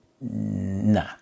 nah